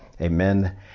Amen